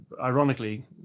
Ironically